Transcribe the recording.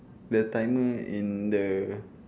the timer in the